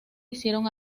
hicieron